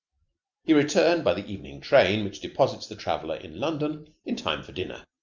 he returned by the evening train which deposits the traveler in london in time for dinner.